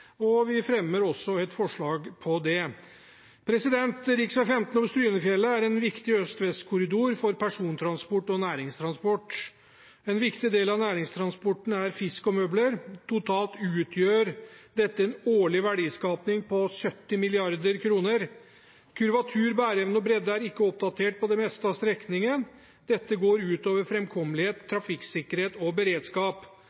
Vi fremmer også et forslag om det. Riksveg 15 over Strynefjellet er en viktig øst–vest-korridor for persontransport og næringstransport. En viktig del av næringstransporten er fisk og møbler. Totalt utgjør dette en årlig verdiskaping på 70 mrd. kr. Kurvatur, bæring og bredde er ikke oppdatert på det meste av strekningen. Dette går